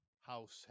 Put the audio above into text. house